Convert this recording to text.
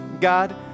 God